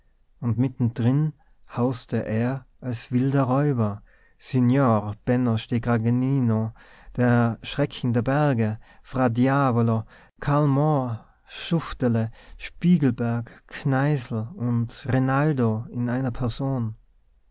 und mitten drin hauste er als wilder räuber signor benno stehkragenino der schrecken der berge fra diavolo karl moor schufterle spiegelberg kneißl und rinaldo in einer person